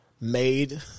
made